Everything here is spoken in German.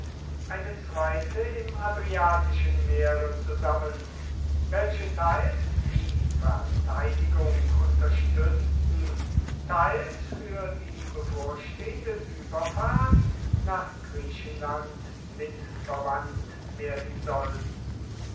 eine zweite im adriatischen meere zusammen welche teils die verteidigung unterstützten teils für die bevorstehende überfahrt nach griechenland mitverwandt werden sollten